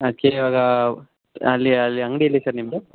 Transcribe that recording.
ಅಲ್ಲಿ ಅಲ್ಲಿ ಅಂಗಡಿ ಎಲ್ಲಿ ಸರ್ ನಿಮ್ಮದು